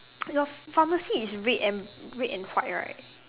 your pharmacy is red and red and white right